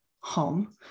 home